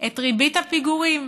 את ריבית הפיגורים,